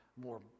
more